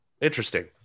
interesting